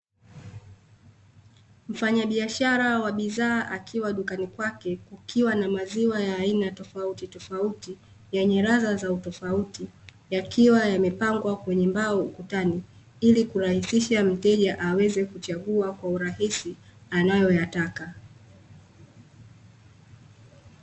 Mfanyabiashara wa bidhaa akiwa dukani kwake, kukiwa na maziwa ya aina tofauti tofauti yenye ladha za utofauti, yakiwa yamepangwa kwenye mbao ukutani ili kurahisisha mteja aweze kuchagua kwa urahisi anayoyataka.